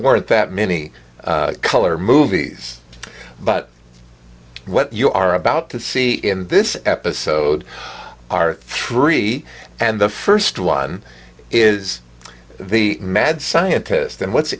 weren't that many color movies but what you are about to see in this episode are three and the first one is the mad scientist and what's